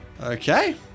Okay